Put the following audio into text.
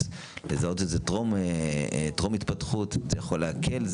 ולזהות את זה טרום התפתחות יכולות להקל.